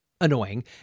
Annoying